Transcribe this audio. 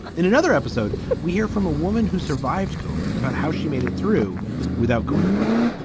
in another episode, we hear from a woman who survived kovik about how she made it through without going broke.